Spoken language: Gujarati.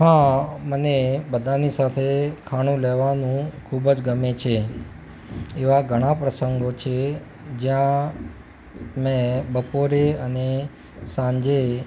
હં મને બધાની સાથે ખાણું લેવાનું ખૂબ જ ગમે છે એવા ઘણા પ્રસંગો છે જ્યાં મેં બપોરે અને સાંજે